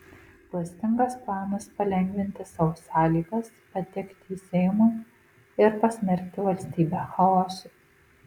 klastingas planas palengvinti sau sąlygas patekti į seimą ir pasmerkti valstybę chaosui